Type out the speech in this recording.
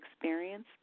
experience